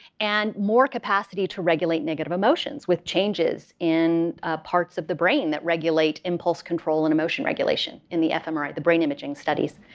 and more capacity to regulate negative emotions with changes in parts of the brain that regulate impulse control and emotion regulation in the fmri, the brain imaging studies.